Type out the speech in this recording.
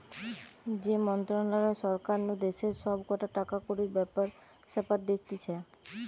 যে মন্ত্রণালয় সরকার নু দেশের সব কটা টাকাকড়ির ব্যাপার স্যাপার দেখতিছে